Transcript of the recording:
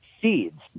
seeds